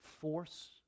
force